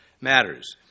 matters